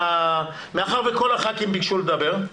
מאחר שכל הח"כים ביקשו לדבר,